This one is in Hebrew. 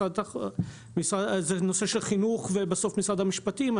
אלה נושאים של חינוך ומשרד המשפטים.